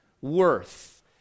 worth